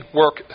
work